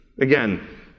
again